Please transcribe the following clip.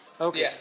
Okay